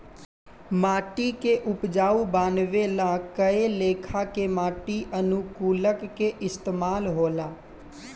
माटी के उपजाऊ बानवे ला कए लेखा के माटी अनुकूलक के इस्तमाल होला